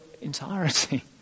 entirety